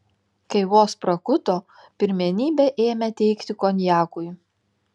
kai vos prakuto pirmenybę ėmė teikti konjakui